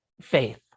faith